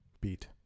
beat